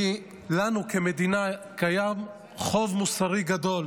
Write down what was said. לנו כמדינה קיים חוב מוסרי גדול